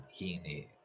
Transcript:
Heaney